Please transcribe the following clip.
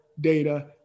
data